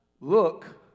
Look